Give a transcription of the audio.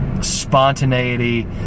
spontaneity